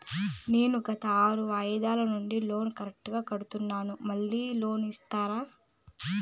నేను గత ఆరు వాయిదాల నుండి లోను కరెక్టుగా కడ్తున్నాను, మళ్ళీ లోను ఇస్తారా?